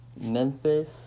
Memphis